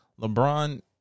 LeBron